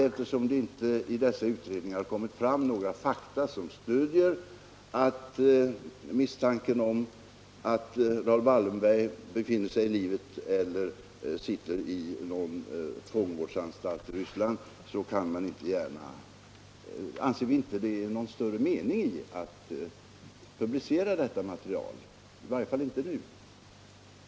Eftersom det vid dessa utredningar inte kommit fram några fakta som stöder misstanken om att Raoul Wallenberg befinner sig i livet eller sitter i någon fångvårdsanstalt i Ryssland, anser vi det inte vara någon större mening med att publicera detta material, i varje fall inte nu.